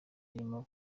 irimo